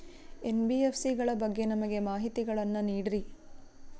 NBFC ಗಳ ಬಗ್ಗೆ ನಮಗೆ ಮಾಹಿತಿಗಳನ್ನ ನೀಡ್ರಿ?